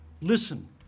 listen